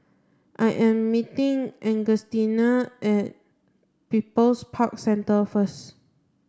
I am meeting Augustina at People's Park Centre first